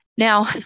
Now